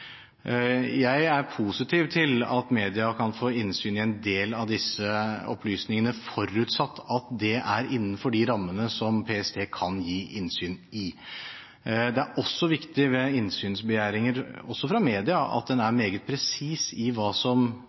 Jeg er positiv til at media kan få innsyn i en del av disse opplysningene forutsatt at det er innenfor de rammene som PST kan gi innsyn i. Det er også viktig ved innsynsbegjæringer, også fra media, at en er meget presis i hva